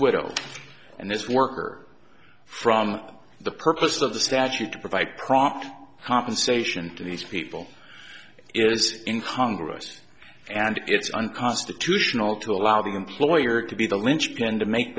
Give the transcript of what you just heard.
widow and this worker from the purpose of the statute to provide proper compensation to these people is in congress and it's unconstitutional to allow the employer to be the linchpin to make